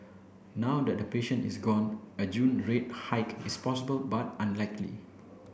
now that patient is gone a June rate hike is possible but unlikely